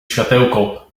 światełko